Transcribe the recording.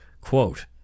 Quote